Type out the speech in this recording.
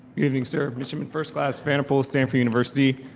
evening sir, midshipman first class stanford stanford university,